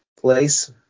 place